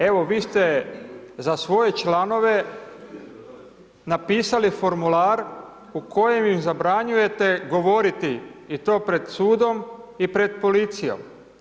Evo vi ste za svoje članove napisali formular u kojem im zabranjujete govoriti i to pred sudom i pred policijom.